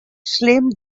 slim